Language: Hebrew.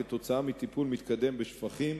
כתוצאה מטיפול מתקדם בשפכים,